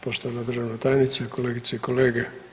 Poštovana državna tajnice, kolegice i kolege.